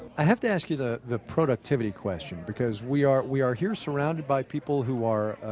i have to ask you the the productivity question, because we are we are here surrounded by people who are,